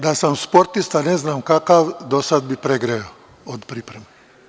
Da sam sportista ne znam kakav, do sada bih pregrejao od pripreme.